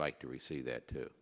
like to receive that to